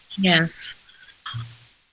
Yes